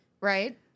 right